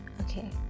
okay